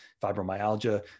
fibromyalgia